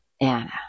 Anna